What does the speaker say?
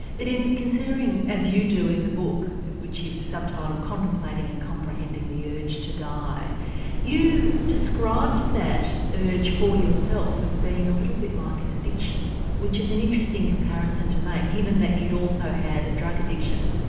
but in considering as you do in the book which you've sub-titled contemplating and comprehending the urge to die you described that urge for yourself as being a little bit like an addiction which is an interesting comparison to make given that you'd also had the drug addiction.